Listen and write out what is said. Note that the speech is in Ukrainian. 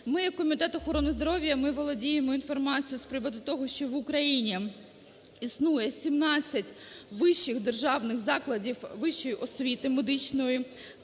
Ми як Комітет охорони здоров'я, ми володіємо інформацією з приводу того, що в Україні існує 17 вищих державних закладів вищої освіти медичної.